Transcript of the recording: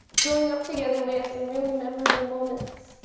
growing up together, we had some really memorable moments.